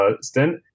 stint